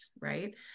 Right